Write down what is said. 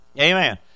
Amen